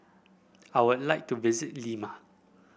I would like to visit Lima